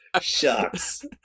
Shucks